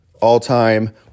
all-time